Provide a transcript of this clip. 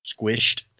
squished